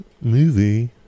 movie